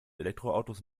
elektroautos